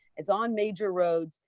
it's on major roads,